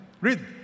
Read